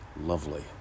lovely